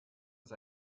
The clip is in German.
ist